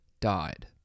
died